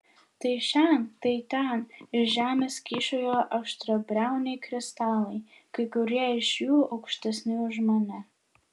tai šen tai ten iš žemės kyšojo aštriabriauniai kristalai kai kurie iš jų aukštesni už mane